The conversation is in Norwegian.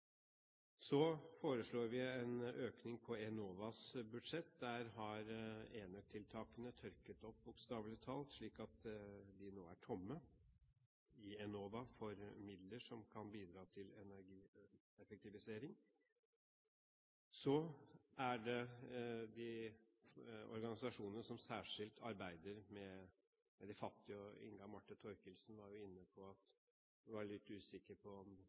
Så foreslår vi bl.a. en økning i Enovas budsjett. Enøktiltakene har tørket opp, bokstavelig talt, slik at Enova nå er tomme for midler som kan bidra til energieffektivisering. Så er det de organisasjonene som særskilt arbeider med de fattige. Inga Marte Thorkildsen var litt usikker på om det ble noe særlig bedre av en bevilgning på